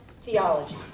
theology